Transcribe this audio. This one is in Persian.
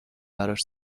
براش